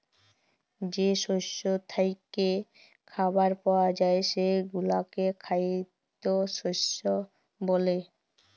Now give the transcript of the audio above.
যে শস্য থ্যাইকে খাবার পাউয়া যায় সেগলাকে খাইদ্য শস্য ব্যলে